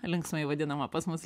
linksmai vadinama pas mus